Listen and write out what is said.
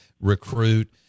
recruit